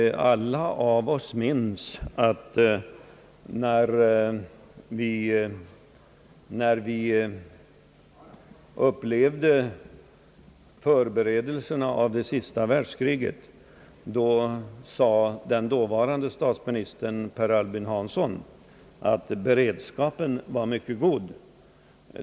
Alla av oss minns att vid utbrottet av det andra världskriget sade den dåvarande statsministern Per Albin Hansson att beredskapen var god.